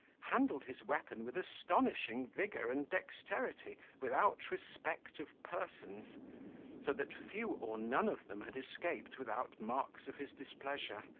handled his weapon with astonishing vigour and dexterity, without respect of persons so that few or none of them had escaped without marks of his displeasure,